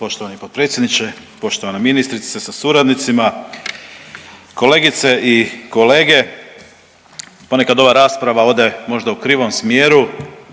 Poštovani potpredsjedniče, poštovana ministrice sa suradnicima. Kolegice i kolege, ponekad ova rasprava ode možda u krivom smjeru,